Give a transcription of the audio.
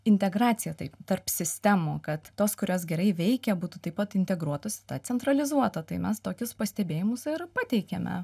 integracija tai tarp sistemų kad tos kurios gerai veikia būtų taip pat integruotos į tą centralizuotą tai mes tokius pastebėjimus ir pateikėme